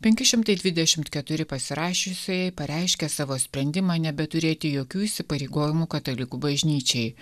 penki šimtai dvidešimt keturi pasirašiusieji pareiškė savo sprendimą nebeturėti jokių įsipareigojimų katalikų bažnyčiai